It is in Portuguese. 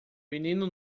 menino